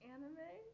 Anime